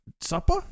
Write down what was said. Supper